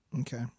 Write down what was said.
Okay